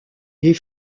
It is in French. des